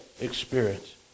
experience